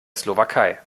slowakei